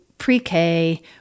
pre-K